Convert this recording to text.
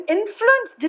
Influence